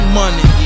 money